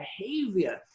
behavior